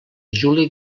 juli